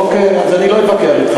אוקיי, אז אני לא אתווכח אתך.